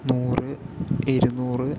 നൂറ് ഇരുന്നൂറ്